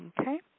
okay